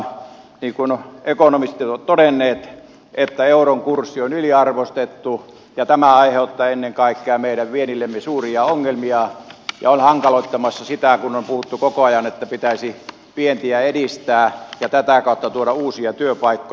niin kuin ekonomistit ovat todenneet euron kurssi on yliarvostettu ja tämä aiheuttaa ennen kaikkea meidän viennillemme suuria ongelmia ja on hankaloittamassa sitä kun on puhuttu koko ajan että pitäisi vientiä edistää ja tätä kautta tuoda uusia työpaikkoja